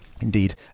Indeed